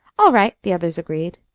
all right, the others agreed.